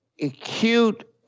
acute